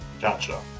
Gotcha